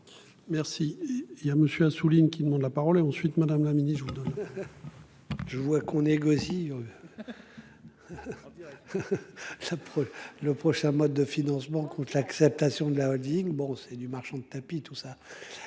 Merci. Il y a monsieur qui demande la parole est ensuite Madame, la ministre de. Je vois qu'on négocie. Sa. Le prochain mode de financement de l'acceptation de la Holding bon c'est du marchand de tapis tout ça.